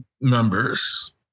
members